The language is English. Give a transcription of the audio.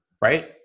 right